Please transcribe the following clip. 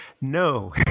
No